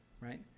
right